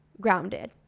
grounded